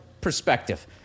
perspective